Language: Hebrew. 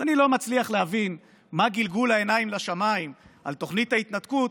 אז אני לא מצליח להבין למה גלגול העיניים לשמיים על תוכנית ההתנתקות,